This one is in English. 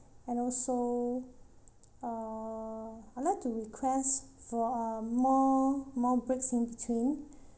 and also uh I'd like to request for um more more breaks in between